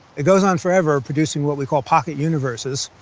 it goes on forever producing what we call pocket universes,